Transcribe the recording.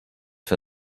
for